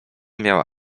miała